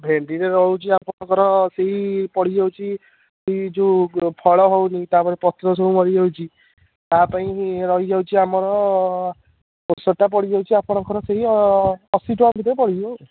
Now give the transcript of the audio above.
ଭେଣ୍ଡିରେ ରହୁଛି ଆପଣଙ୍କର ସେହି ପଡ଼ିଯାଉଛି ସେହି ଯେଉଁ ଫଳ ହେଉନି ତା'ପରେ ପତ୍ର ସବୁ ମରିଯାଉଛି ତାପାଇଁ ରହିଯାଉଛି ଆମର ଔଷଧଟା ପଡ଼ିଯାଉଛି ଆପଣଙ୍କର ସେହି ଅଶୀ ଟଙ୍କା ଭିତରେ ପଡ଼ିଯିବ ଆଉ